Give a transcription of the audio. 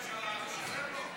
איילת נחמיאס.